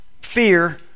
fear